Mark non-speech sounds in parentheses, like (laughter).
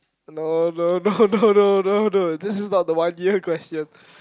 no no (laughs) no no no no no this is not the one year question